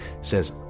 says